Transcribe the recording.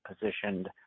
positioned